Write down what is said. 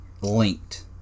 linked